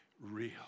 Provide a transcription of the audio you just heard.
real